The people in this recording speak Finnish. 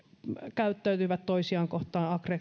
käyttäytyvät tosiaan kohtaan